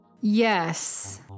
Yes